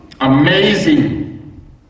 amazing